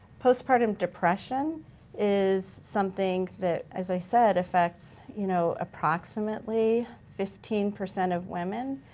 postpartum depression is something that as i said affects you know approximately fifteen percent of women.